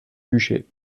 duché